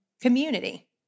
community